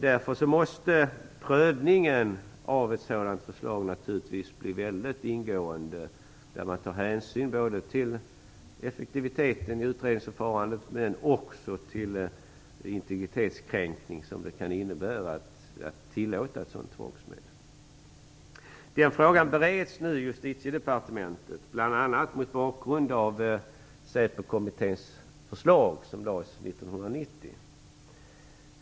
Därför måste prövningen av ett sådant förslag bli väldigt ingående, där man tar hänsyn både till effektiviteten i utredningsförfarandet och till den integritetskränkning det kan innebära att tillåta ett sådant tvångsmedel. Den frågan bereds nu i Justitiedepartementet, bl.a. mot bakgrund av Säpokommitténs förslag, som lades fram 1990.